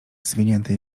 zwiniętej